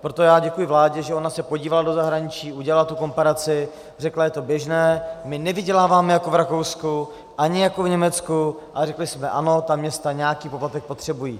Proto já děkuji vládě, že ona se podívala do zahraničí, udělala tu komparaci, řekla, je to běžné, my nevyděláváme jako v Rakousku ani jako v Německu, a řekli jsme ano, ta města nějaký poplatek potřebují.